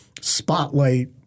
spotlight